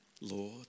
Lord